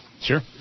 Sure